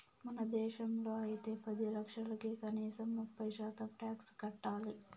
మన దేశంలో అయితే పది లక్షలకి కనీసం ముప్పై శాతం టాక్స్ కట్టాలి